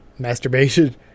masturbation